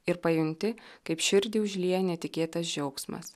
ir pajunti kaip širdį užlieja netikėtas džiaugsmas